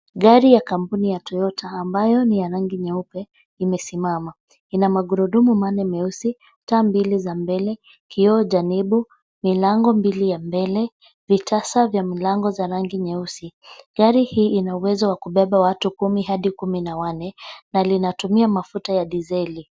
Gari ya kampuni ya Toyota ambayo ni ya rangi nyeupe imesimama. Ina magurudumu manne meusi, taa mbili za mbele, kioo janibu, milango mbili ya mbele, vitasa vya milango za rangi nyeusi. Gari hii ina uwezo wa kubeba watu kumi hadi kumi na wanne na linatumia mafuta ya diseli.